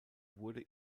wurde